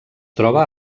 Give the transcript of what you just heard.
troba